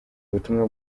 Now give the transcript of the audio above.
ubutumwa